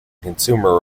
consumer